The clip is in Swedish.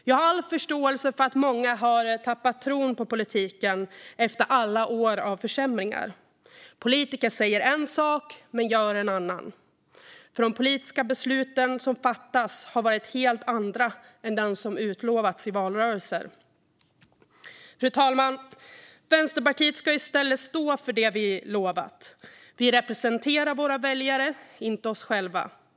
Jag har all förståelse för att många har tappat tron på politiken efter alla år av försämringar. Politiker säger en sak men gör en annan. De politiska beslut som fattats har varit helt andra än de som utlovats i valrörelser. Fru talman! Vänsterpartiet ska i stället stå för det vi lovat. Vi representerar våra väljare, inte oss själva.